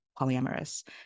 polyamorous